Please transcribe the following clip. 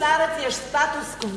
בחוץ-לארץ יש סטטוס-קוו.